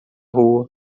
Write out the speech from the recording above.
rua